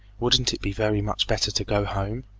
wouldn't it be very much better to go home,